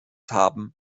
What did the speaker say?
haben